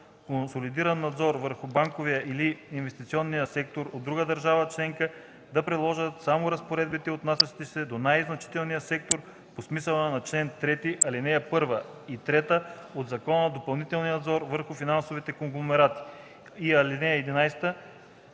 консолидиран надзор върху банковия или инвестиционен сектор от друга държава членка, да приложат само разпоредбите, отнасящи се до най-значимия сектор по смисъла на чл. 3, ал. 1 и 3 от Закона за допълнителния надзор върху финансовите конгломерати. (11)